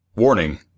Warning